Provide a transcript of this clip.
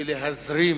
ולהזרים